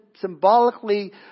symbolically